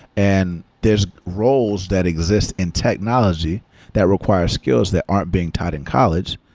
and there's roles that exist in technology that require skills that aren't being tied in college,